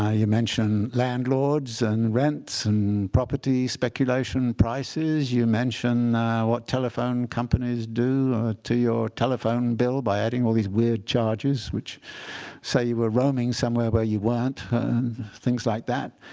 ah you mention landlords and rents and property speculation prices. you mention what telephone companies do to your telephone bill by adding all these weird charges which say you were roaming somewhere where you weren't things like that.